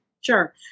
Sure